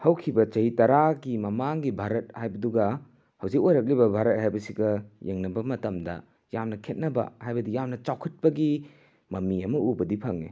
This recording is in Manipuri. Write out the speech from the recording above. ꯍꯧꯈꯤꯕ ꯆꯍꯤ ꯇꯔꯥꯒꯤ ꯃꯃꯥꯡꯒꯤ ꯚꯥꯔꯠ ꯍꯥꯏꯕꯗꯨꯒ ꯍꯧꯖꯤꯛ ꯑꯣꯏꯔꯛꯂꯤꯕ ꯚꯥꯔꯠ ꯍꯥꯏꯕꯁꯤꯒ ꯌꯦꯡꯅꯕ ꯃꯇꯝꯗ ꯌꯥꯝꯅ ꯈꯦꯠꯅꯕ ꯍꯥꯏꯕꯗꯤ ꯌꯥꯝꯅ ꯆꯥꯎꯈꯠꯄꯒꯤ ꯃꯃꯤ ꯑꯃ ꯎꯕꯗꯤ ꯐꯪꯉꯦ